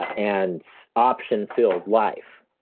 ah and option-filled life.